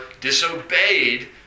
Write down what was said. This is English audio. disobeyed